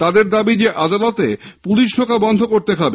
তাদের দাবী আদালতে পুলিশ ঢোকা বন্ধ করতে হবে